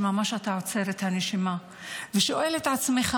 שממש אתה עוצר את הנשימה ושואל את עצמך: